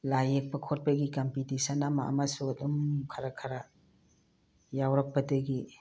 ꯂꯥꯏ ꯌꯦꯛꯄ ꯈꯣꯠꯄꯒꯤ ꯀꯝꯄꯤꯇꯤꯁꯟ ꯑꯃ ꯑꯃꯁꯨ ꯑꯗꯨꯝ ꯈꯔ ꯈꯔ ꯌꯥꯎꯔꯛꯄꯗꯒꯤ